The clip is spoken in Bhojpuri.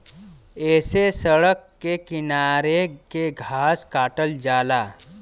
ऐसे सड़क के किनारे के घास काटल जाला